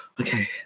okay